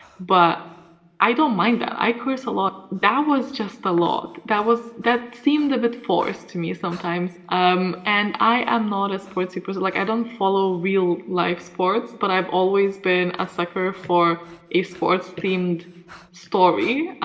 but i don't mind that. i curse a lot. that was just a lot. that was. that seemed a bit forced to me sometimes um and i am not a sportsy person. like, i don't follow real life sports, but i've always been a sucker for a sports themed story.